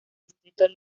distrito